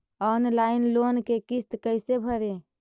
Online loan के किस्त कैसे भरे?